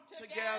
together